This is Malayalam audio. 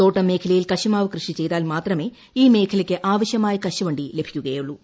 തോട്ടം മേഖലയിൽ കശുമാവ് കൃഷി ചെയ്താൽ മാത്രമെ ഈ മേഖലയ്ക്ക് ആവശ്യമായ കശുവണ്ടി ലഭിക്കുകയുളളൂ